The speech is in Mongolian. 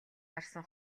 гарсан